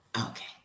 Okay